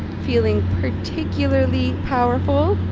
feeling particularly powerful.